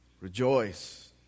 Rejoice